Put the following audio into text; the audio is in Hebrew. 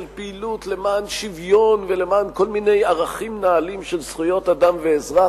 של פעילות למען שוויון ולמען כל מיני ערכים נעלים של זכויות אדם ואזרח,